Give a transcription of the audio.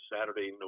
Saturday